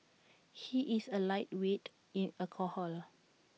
he is A lightweight in alcohol